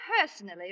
personally